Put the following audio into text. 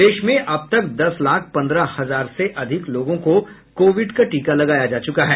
प्रदेश में अब तक दस लाख पन्द्रह हजार से अधिक लोगों को कोविड का टीका लगाया जा चुका है